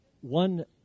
one